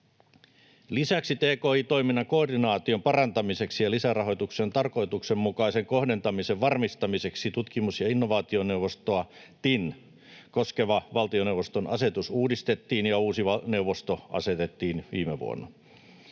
Lisäksi tki-toiminnan koordinaation parantamiseksi ja lisärahoituksen tarkoituksenmukaisen kohdentamisen varmistamiseksi tutkimus- ja innovaationeuvostoa, TIN, koskeva valtioneuvoston asetus uudistettiin ja uusi neuvosto asetettiin viime vuonna.